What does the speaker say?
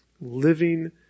Living